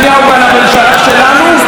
ובממשלה הבאה,